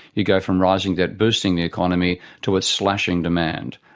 you go from rising debt boosting the economy to it slashing demand.